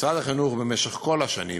משרד החינוך במשך כל השנים